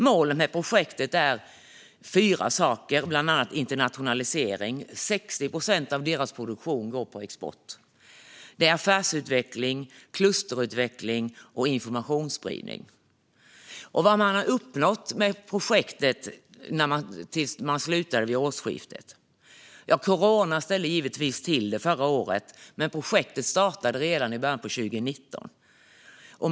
Målet med projektet är internationalisering - 60 procent av produktionen går på export - samt affärsutveckling, klusterutveckling och informationsspridning. Vad har man då uppnått med projektet, som slutade vid årsskiftet? Corona ställde givetvis till det förra året, men projektet startade redan i början av 2019.